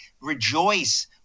rejoice